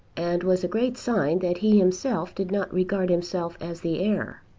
and was a great sign that he himself did not regard himself as the heir.